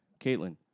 Caitlin